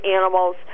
animals